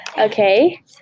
okay